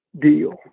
deal